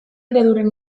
ereduren